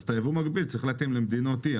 אז את היבוא המקביל צריך להתאים למדינות אי.